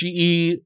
GE